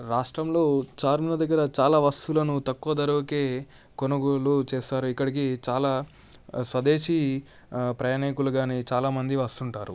రాష్ట్రంలో చార్మినార్ దగ్గర చాలా వస్తువులను తక్కువ ధరవకే కొనుగోలు చేస్తారు ఇక్కడికి చాలా స్వదేశీ ప్రయాణికులు కానీ చాలామంది వస్తుంటారు